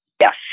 yes